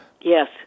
Yes